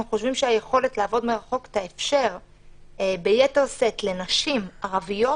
אנחנו חושבים שהיכולת לעבוד מרחוק תאפשר ביתר שאת לנשים ערביות